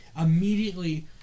immediately